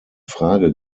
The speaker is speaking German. frage